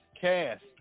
cast